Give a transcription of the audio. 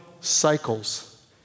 cycles